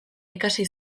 ikasi